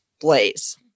Blaze